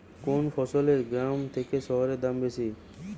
কোন ফসলের গ্রামের থেকে শহরে দাম বেশি?